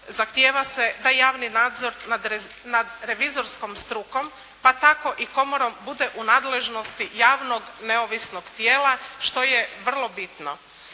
zahtijeva se da javni nadzor nad revizorskom strukom pa tako i komorom bude u nadležnosti javnog neovisnog tijela što je vrlo bitno.